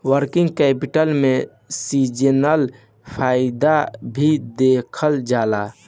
working capital में seasonal फायदा भी देखल जाला